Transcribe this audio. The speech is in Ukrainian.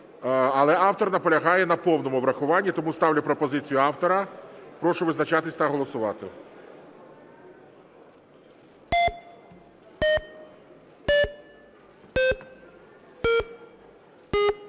але автор наполягає на повному врахуванні. Тому ставлю пропозицію автора. Прошу визначатися та голосувати.